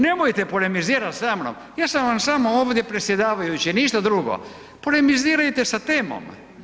Nemojte polemizirat sa mnom, ja sam vam samo ovdje predsjedavajući, ništa drugo, polemizirajte sa temom.